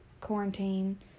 quarantine